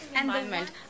Environment